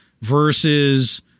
versus